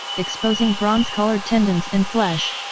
exposing bronze-colored tendons and flesh,